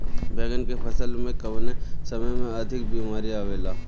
बैगन के फसल में कवने समय में अधिक बीमारी आवेला?